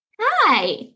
hi